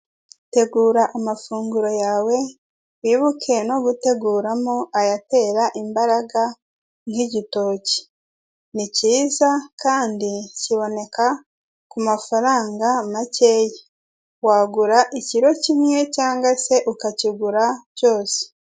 Tegura amafunguro yawe, wibuke no guteguramo ayatera imbaraga nk'igitoki. Ni kiza kandi kiboneka ku mafaranga makeya, wagura ikiro kimwe cyangwa se ukakigura cyose.